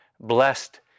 Blessed